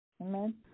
amen